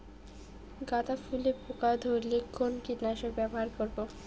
গাদা ফুলে পোকা ধরলে কোন কীটনাশক ব্যবহার করব?